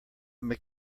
make